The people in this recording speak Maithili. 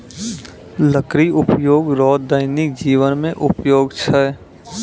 लकड़ी उपयोग रो दैनिक जिवन मे उपयोग छै